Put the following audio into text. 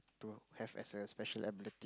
to have a special ability